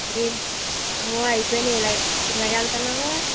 ఈ అవును అయిపోయినాయి రా ఎలాగ వెళ్తున్నావు